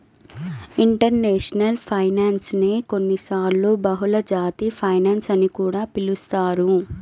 international finance నే కొన్నిసార్లు బహుళజాతి ఫైనాన్స్ అని కూడా పిలుస్తారు